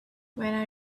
when